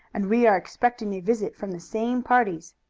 and we are expecting a visit from the same parties.